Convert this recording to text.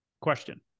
Question